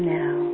now